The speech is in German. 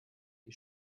die